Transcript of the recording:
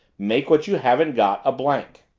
make what you haven't got a blank.